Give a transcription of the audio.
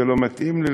זה לא מתאים לי,